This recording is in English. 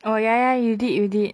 oh ya ya you did you did